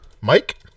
Mike